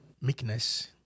Meekness